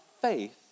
faith